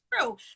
true